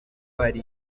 hari